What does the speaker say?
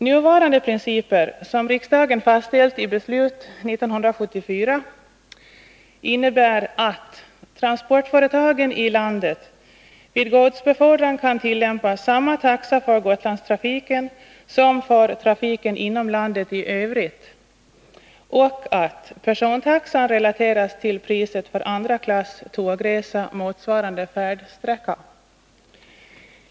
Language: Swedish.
Nuvarande principer, som riksdagen fastställde i beslut år 1974, innebär att transportföretagen i landet vid godsbefordran kan tillämpa samma taxa för Gotlandstrafiken som för trafiken inom landet i övrigt och att persontaxan relateras till priset för andra klass tågresa på en motsvarande färdsträcka.